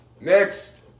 Next